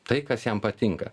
tai kas jam patinka